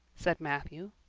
said matthew,